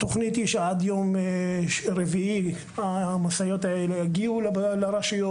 התוכנית היא שעד יום רביעי המשאיות האלה יגיעו לרשויות.